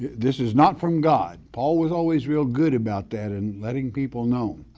this is not from god. paul was always real good about that and letting people know.